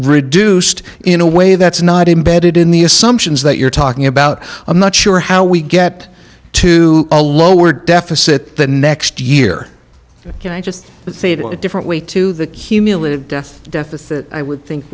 reduced in a way that's not embedded in the assumptions that you're talking about i'm not sure how we get to a lower deficit next year and i just think a different way to the cumulative death deficit i would think